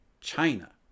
China